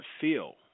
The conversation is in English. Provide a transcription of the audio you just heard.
feel